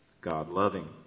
God-loving